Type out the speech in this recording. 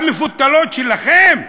המפותלות שלכם?